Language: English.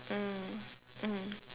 mm mm